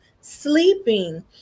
sleeping